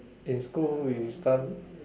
in school we stun